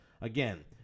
Again